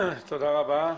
תודה רבה.